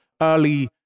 early